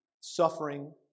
Suffering